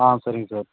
ஆ சரிங்க சார்